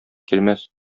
килмәс